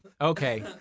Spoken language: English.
Okay